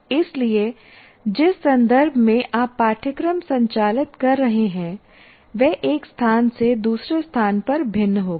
इसलिए जिस संदर्भ में आप पाठ्यक्रम संचालित कर रहे हैं वह एक स्थान से दूसरे स्थान पर भिन्न होगा